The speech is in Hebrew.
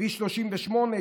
כביש 38,